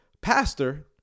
pastor